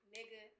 Nigga